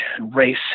race